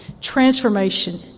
transformation